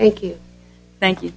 thank you thank you